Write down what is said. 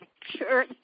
Sure